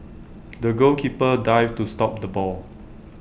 the goalkeeper dived to stop the ball